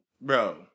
Bro